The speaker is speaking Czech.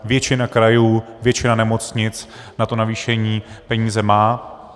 Většina krajů, většina nemocnic na to navýšení peníze má.